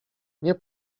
nie